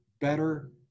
better